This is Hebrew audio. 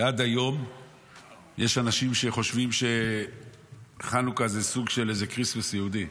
ועד היום יש אנשים שחושבים שחנוכה היא סוג של איזה כריסטמס יהודי,